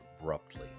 abruptly